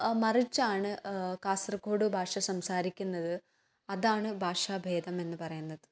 മറിച്ചാണ് കാസർകോട് ഭാഷാസംസാരിക്കുന്നത് അതാണ് ഭാഷാഭേദം എന്ന് പറയുന്നത്